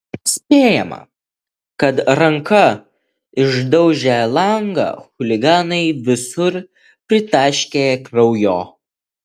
spėjama kad ranka išdaužę langą chuliganai visur pritaškė kraujo